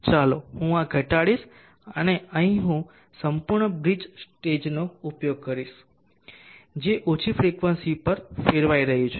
ચાલો હું આ ઘટાડીશ અને અહીં હું સંપૂર્ણ બ્રિજ સ્ટેજનો ઉપયોગ કરીશ જે ઓછી ફ્રિકવન્સી પર ફેરવાઈ રહ્યું છે